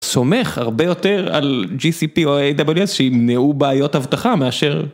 סומך הרבה יותר על GCP או AWS, שימנעו בעיות אבטחה מאשר...